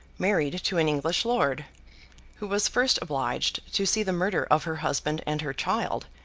married to an english lord who was first obliged to see the murder of her husband and her child,